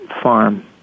farm